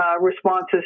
responses